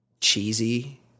cheesy